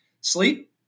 sleep